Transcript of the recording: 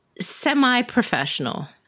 semi-professional